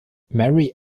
mary